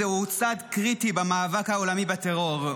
זהו צעד קריטי במאבק העולמי בטרור.